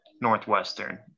Northwestern